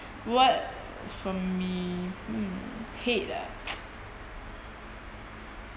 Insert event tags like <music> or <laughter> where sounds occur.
what for me hmm hate ah <noise>